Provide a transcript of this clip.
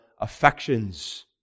affections